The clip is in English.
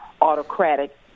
autocratic